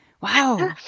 Wow